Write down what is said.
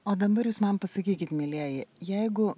o dabar jūs man pasakykit mielieji jeigu